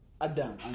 Adam